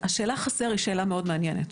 השאלה על חסר היא שאלה מאוד מעניינת.